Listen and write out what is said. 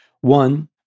One